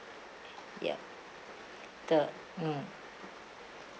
ya the mm